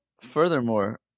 furthermore